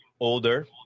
older